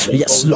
yes